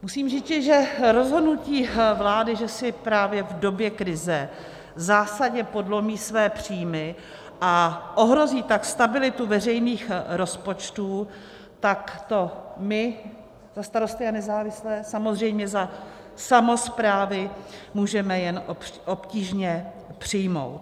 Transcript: Musím říci, že rozhodnutí vlády, že si právě v době krize zásadně podlomí své příjmy, a ohrozí tak stabilitu veřejných rozpočtů, tak to my za Starosty a nezávislé, samozřejmě za samosprávy, můžeme jen obtížně přijmout.